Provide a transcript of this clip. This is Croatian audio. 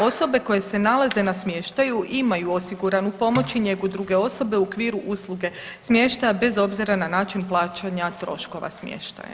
Osobe koje se nalaze na smještaju imaju osiguranu pomoć i njegu druge osobe u okviru usluge smještaja bez obzira na način plaćanja troškova smještaja.